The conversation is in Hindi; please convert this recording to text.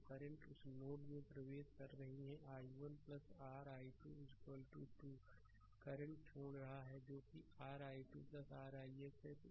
तो 2 करंट उस नोड में प्रवेश कर रहे हैं जो i1 r 12 2 करंट छोड़ रहा है जो कि r i 2 r ix है